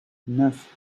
neuf